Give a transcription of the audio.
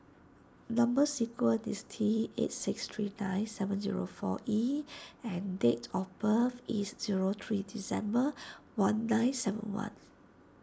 Number Sequence is T eight six three nine seven zero four E and date of birth is zero three December one nine seven one